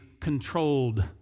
controlled